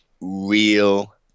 real